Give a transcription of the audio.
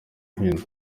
hino